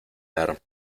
dar